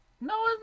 no